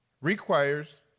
requires